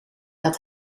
dat